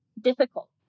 difficult